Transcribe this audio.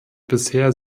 bisher